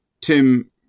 Tim